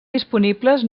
disponibles